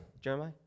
Jeremiah